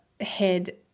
head